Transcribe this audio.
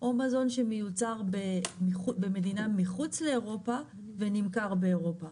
או מזון שמיוצר במדינה מחוץ לאירופה ונמכר באירופה,